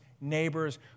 neighbors